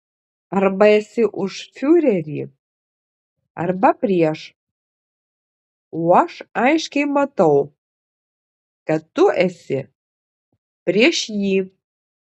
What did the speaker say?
arba esi už fiurerį arba prieš o aš aiškiai matau kad tu esi prieš jį